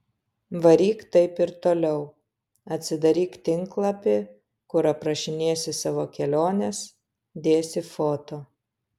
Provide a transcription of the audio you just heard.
varyk taip ir toliau atsidaryk tinklapį kur aprašinėsi savo keliones dėsi foto